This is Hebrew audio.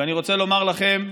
ואני רוצה לומר לכם: